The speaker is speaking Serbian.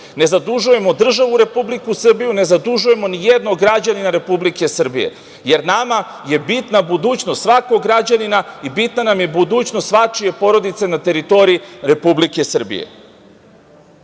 Ne zadužujemo državu Republiku Srbiju, ne zadužujemo ni jednog građanina Republike Srbije, jer nama je bitna budućnost svakog građanina i bitna nam je budućnost svačije porodice na teritoriji Republike Srbije. Da